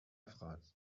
phrase